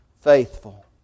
faithful